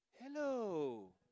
Hello